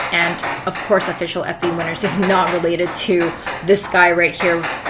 and of course, official fba winners is not related to this guy right here,